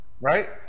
Right